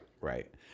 right